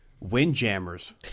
Windjammers